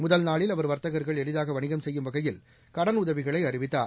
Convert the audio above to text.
முதல் நாளில் அவர் வர்த்தகர்கள் எளிதாக வணிகம் செய்யும் வகையில் கடன் உதவிகளை அறிவித்தார்